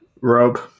robe